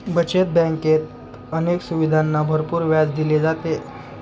बचत बँकेत अनेक सुविधांना भरपूर व्याज दिले जाते